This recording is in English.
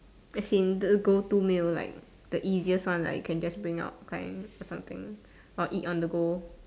as in the go to meal like the easiest one like you can just bring out kind or something or eat on the go